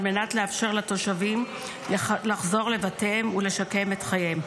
על מנת לאפשר לתושבים לחזור לבתיהם ולשקם את חייהם.